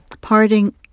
parting